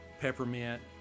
peppermint